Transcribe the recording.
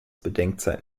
bedenkzeit